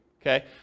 okay